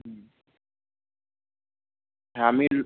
হ্যাঁ আমি